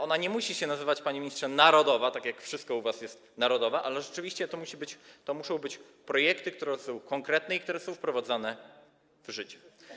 Ona nie musi się nazywać, panie ministrze, narodowa, tak jak wszystko u was jest narodowe, ale rzeczywiście to muszą być projekty, które są konkretne i które są wprowadzane w życie.